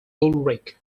ullrich